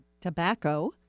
tobacco